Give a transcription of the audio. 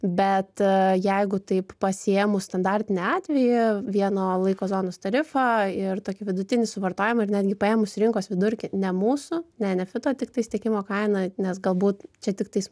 bet jeigu taip pasiėmus standartinį atvejį vieno laiko zonos tarifą ir tokį vidutinį suvartojimą ir netgi paėmus rinkos vidurkį ne mūsų ne enefito tiktais tiekimo kainą nes galbūt čia tiktais